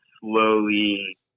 slowly